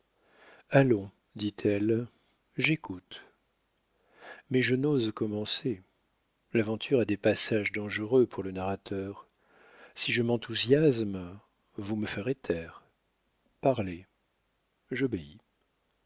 allons dit-elle j'écoute mais je n'ose commencer l'aventure a des passages dangereux pour le narrateur si je m'enthousiasme vous me ferez taire parlez j'obéis